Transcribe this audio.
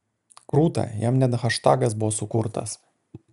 krūta jam net haštagas buvo sukurtas